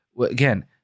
Again